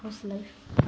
how's life